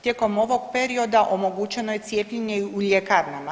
Tijekom ovog perioda omogućeno je cijepljenje i u ljekarnama.